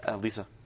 Lisa